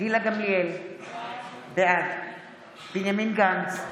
גילה גמליאל, בעד בנימין גנץ,